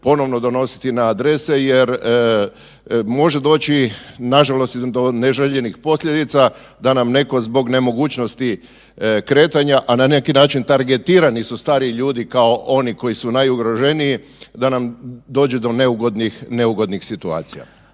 ponovno donositi na adrese jel može doći nažalost do neželjenih posljedica da nam netko zbog nemogućnosti kretanja, a na neki način targetirani su stari ljudi kao oni koji su najugroženiji da nam dođe do neugodnih situacija.